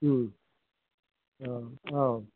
औ औ